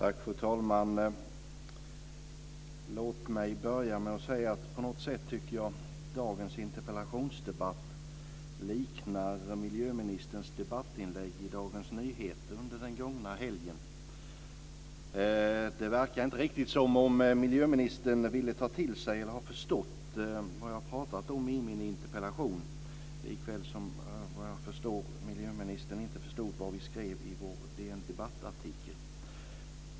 Fru talman! Låt mig börja med att säga att jag på något sätt tycker att dagens interpellationsdebatt liknar miljöministerns debattinlägg i Dagens Nyheter under den gångna helgen. Det verkar inte riktigt som om miljöministern vill ta till sig eller har förstått vad jag skrev om i min interpellation, på samma sätt som miljöministern såvitt jag förstår inte förstod vad vi skrev i vår DN Debatt-artikel.